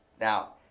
Now